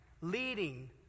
leading